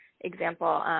example